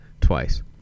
twice